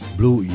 Blue